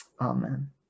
Amen